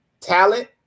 talent